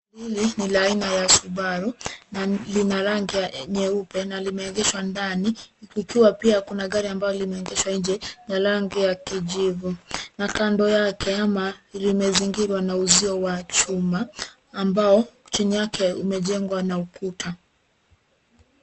Hili ni la aina ya Subaru na lina rangi ya nyeupe na limeegeshwa ndani kukiwa pia kuna gari ambalo limeegeshwa nje na rangi ya kijivu. Na kando yake ama limezingirwa na uzio wa chuma amba chini yake umejengwa na ukuta.